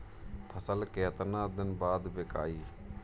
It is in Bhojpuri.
फसल केतना दिन बाद विकाई?